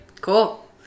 Cool